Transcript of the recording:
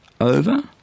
over